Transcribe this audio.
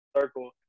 circle